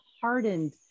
hardened